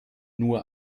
nur